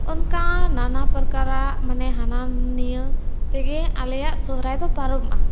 ᱚᱱᱠᱟ ᱱᱟᱱᱟ ᱯᱚᱨᱠᱟᱨᱟᱜ ᱢᱟᱱᱮ ᱦᱟᱱᱟ ᱱᱤᱭᱟᱹ ᱛᱮᱜᱮ ᱟᱞᱮᱭᱟᱜ ᱥᱚᱦᱨᱟᱭ ᱫᱚ ᱯᱟᱨᱚᱢᱚᱜᱼᱟ